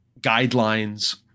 guidelines